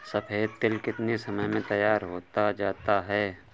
सफेद तिल कितनी समय में तैयार होता जाता है?